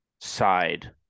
side